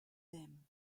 them